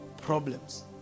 problems